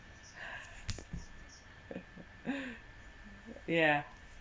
yeah